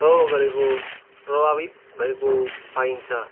प्रभाव गरेको प्रभावित भएको पाइन्छ